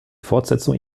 fortsetzung